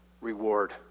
reward